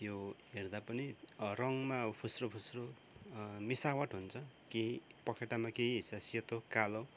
त्यो हेर्दा पनि रङमा फुस्रो फुस्रो मिसावट हुन्छ केही पखेटामा केही हिस्सा सेतो कालो